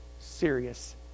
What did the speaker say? serious